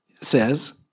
says